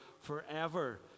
forever